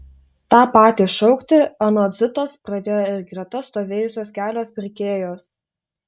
tą patį šaukti anot zitos pradėjo ir greta stovėjusios kelios pirkėjos